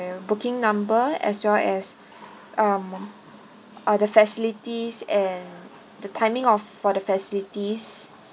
booking number as well as um other facilities and the timing of for the facilities